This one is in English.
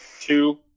two